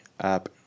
app